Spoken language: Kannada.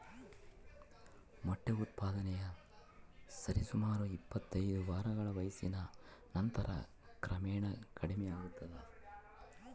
ಮೊಟ್ಟೆ ಉತ್ಪಾದನೆಯು ಸರಿಸುಮಾರು ಇಪ್ಪತ್ತೈದು ವಾರಗಳ ವಯಸ್ಸಿನ ನಂತರ ಕ್ರಮೇಣ ಕಡಿಮೆಯಾಗ್ತದ